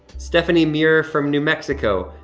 stephanie muir from new mexico.